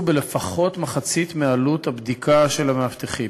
בלפחות מחצית מעלות הבדיקה של המאבטחים.